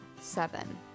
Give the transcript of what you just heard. seven